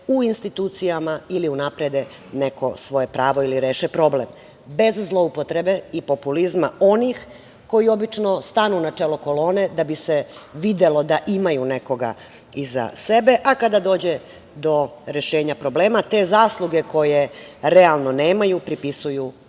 u institucijama ili unaprede neko svoje pravo ili reše problem, bez zloupotrebe i populizma onih koji obično stanu na čelo kolone da bi se videlo da imaju nekoga iza sebe, a kada dođe do rešenja problema, te zasluge koje realno nemaju, pripisuju